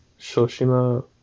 Shoshima